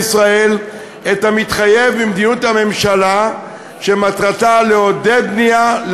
ישראל את המתחייב ממדיניות הממשלה שמטרתה לעודד בנייה,